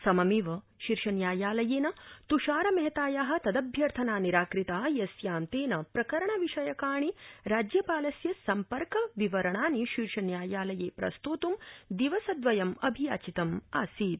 सममेव शीर्षन्यायालयेन तुषार मेहताया तदभ्यर्थना निराकृता यस्यां तेन प्रकरण विषयकाणि राज्यपालस्य सम्पर्क विवरणानि शीर्षन्यायालये प्रस्तोत् दिवसद्वयं अभियाचितमासीत्